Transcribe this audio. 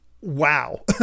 wow